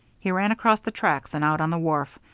he ran across the tracks and out on the wharf,